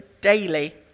daily